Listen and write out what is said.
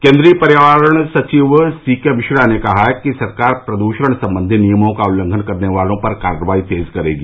केन्द्रीय पर्यावरण सचिव सीके मिश्रा ने कहा है कि सरकार प्रदूषण संबंधी नियमों का उल्लंघन करने वालों पर कार्रवाई तेज करेगी